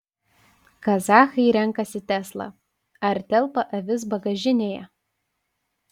kazachai renkasi tesla ar telpa avis bagažinėje